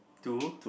two